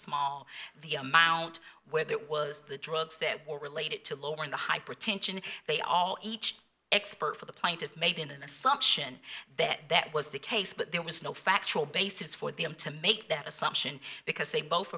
small the amount whether it was the drugs or relate it to lowering the hypertension they all each expert for the plaintiff made an assumption that that was the case but there was no factual basis for them to make that assumption because they both